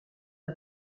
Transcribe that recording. n’a